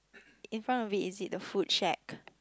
in front of it is it the food shack